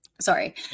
Sorry